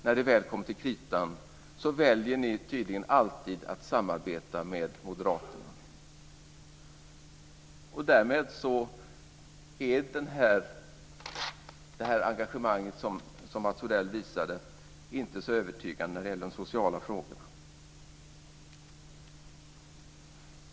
När det väl kommer till kritan väljer ni tydligen alltid att samarbeta med Moderaterna. Därmed är det engagemang som Mats Odell visade på inte övertygande när det gäller de sociala frågorna.